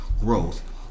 growth